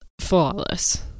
flawless